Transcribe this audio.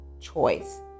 choice